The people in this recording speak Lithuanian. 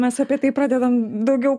mes apie tai pradedam daugiau